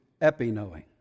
epi-knowing